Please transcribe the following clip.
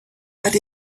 but